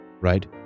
right